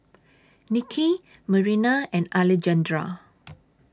Nicky Marina and Alejandra